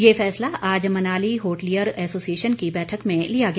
ये फैसला आज मनाली होटलियर एसोसिएशन की बैठक में लिया गया